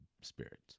spirits